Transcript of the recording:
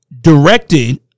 Directed